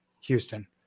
Houston